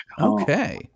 okay